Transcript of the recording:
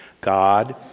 God